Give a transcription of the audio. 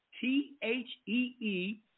T-H-E-E